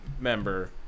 member